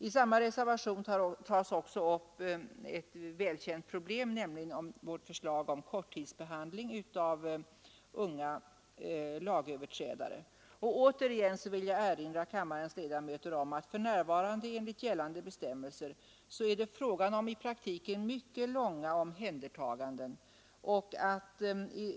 I samma reservation tas också upp ett välkänt problem, nämligen vårt förslag om korttidsbehandling av unga lagöverträdare. Jag vill åter erinra kammarens ledamöter om att enligt gällande bestämmelser är det i praktiken för närvarande fråga om mycket långa omhändertaganden.